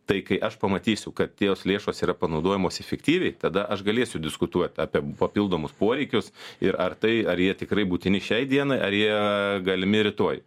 tai kai aš pamatysiu kad jos lėšos yra panaudojamos efektyviai tada aš galėsiu diskutuoti apie papildomus poreikius ir ar tai ar jie tikrai būtini šiai dienai ar jie galimi rytoj